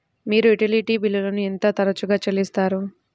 మీరు యుటిలిటీ బిల్లులను ఎంత తరచుగా చెల్లిస్తారు?